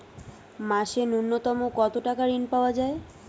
মাসে নূন্যতম কত টাকা ঋণ পাওয়া য়ায়?